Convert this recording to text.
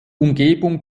umgebung